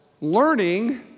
learning